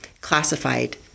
classified